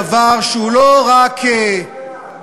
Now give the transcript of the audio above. דבר שהוא לא רק פגיעה